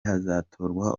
hazatorwa